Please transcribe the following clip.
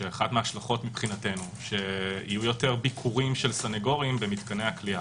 שאחת ההשלכות מבחינתנו - שיהיו יותר ביקורים של סנגורים במתקני הכליאה.